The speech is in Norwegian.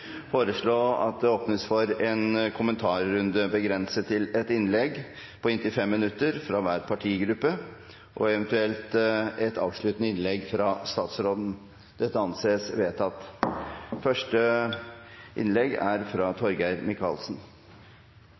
foreslå at det åpnes for en kommentarrunde begrenset til ett innlegg på inntil 5 minutter fra hver partigruppe og eventuelt et avsluttende innlegg av statsråden. – Det anses vedtatt. Jeg vil takke statsråden, som fulgte oppfordringen fra